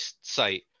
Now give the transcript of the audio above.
site